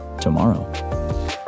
tomorrow